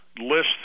list